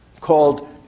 called